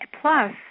plus